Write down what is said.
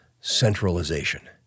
centralization